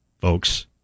folks